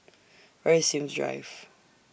Where IS Sims Drive